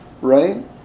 right